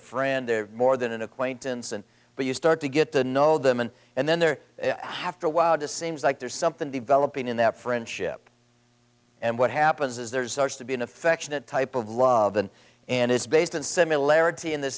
friend they're more than an acquaintance and but you start to get to know them and and then they're after a while just seems like there's something developing in that friendship and what happens is there's such to be an affectionate type of love and and it's based on similarity in the